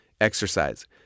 Exercise